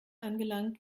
angelangt